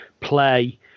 play